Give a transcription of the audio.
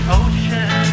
ocean